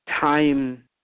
time